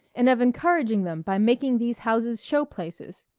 and of encouraging them by making these houses show-places.